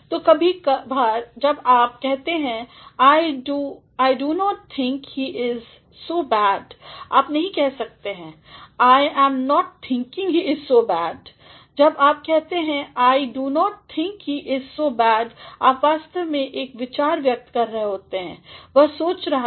तो कभी कभार जब आप कहते हैं I do not think he is so bad आप नही कह सकते हैं I am not thinking he is so bad जब आप कहते हैं I do not think he is so bad आप वास्तव में एक विचार व्यक्त कर रहे हैं वह सोच रहा है